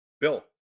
Bill